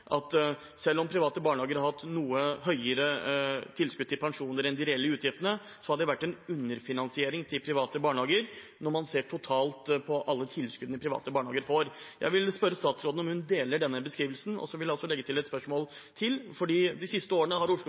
at selv om private barnehager har hatt noe høyere tilskudd til pensjoner enn de reelle utgiftene, har det vært en underfinansiering til private barnehager når man ser totalt på alle tilskuddene private barnehager får. Jeg vil spørre statsråden om hun deler denne beskrivelsen. Så vil jeg legge til et spørsmål: De siste årene har Oslo